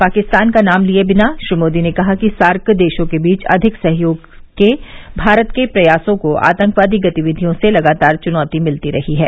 पाकिस्तान का नाम लिए बिना श्री मोदी ने कहा कि सार्क देशों के बीच अधिक सहयोग के भारत के प्रयासों को आतंकवादी गतिविधियों से लगातार चुनौती मिलती रही है